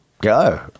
Go